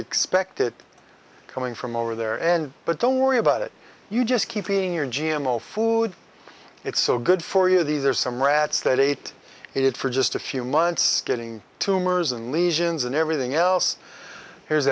expect it coming from over there and but don't worry about it you just keeping your g m o food it's so good for you these are some rats that ate it for just a few months getting tumors and lesions and everything else here's